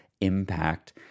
impact